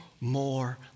more